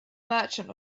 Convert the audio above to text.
merchant